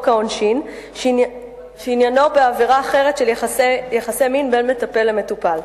העונשין בסעיף שעניינו בעבירה אחרת של יחסי מין בין מטפל למטופל.